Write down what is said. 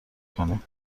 کنیم